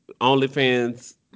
OnlyFans